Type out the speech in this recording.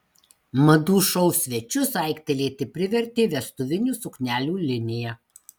madų šou svečius aiktelėti privertė vestuvinių suknelių linija